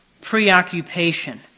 preoccupation